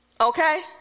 Okay